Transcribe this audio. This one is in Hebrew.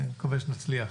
אני מקווה שנצליח.